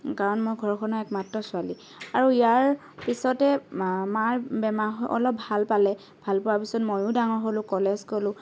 কাৰণ মই ঘৰখনৰ একমাত্ৰ ছোৱালী আৰু ইয়াৰ পিছতে মাৰ বেমাৰ অলপ ভাল পালে ভাল পোৱাৰ পিছত ময়ো ডাঙৰ হ'লোঁ কলেজ গ'লোঁ